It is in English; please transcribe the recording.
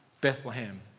Bethlehem